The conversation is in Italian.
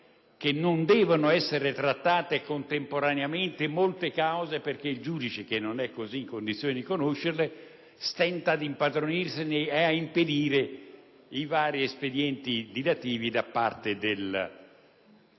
che non devono essere trattate contemporaneamente più cause poiché il giudice, che non è in condizione di conoscerle tutte, stenta ad impadronirsene e ad impedire i vari espedienti dilatori degli